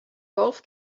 golf